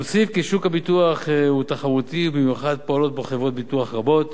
נוסיף כי שוק הביטוח הוא תחרותי במיוחד ופועלות בו חברות ביטוח רבות.